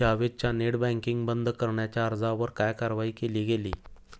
जावेदच्या net banking बंद करण्याच्या अर्जावर काय कारवाई केली गेली?